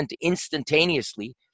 instantaneously